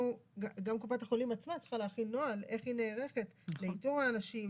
גם קופת חולים עצמה צריכה להכין נוהל איך היא נערכת לאיתור האנשים,